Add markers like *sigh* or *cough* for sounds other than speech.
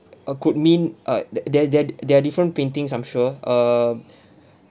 uh could mean uh that they're they're they're different paintings I'm sure um *breath*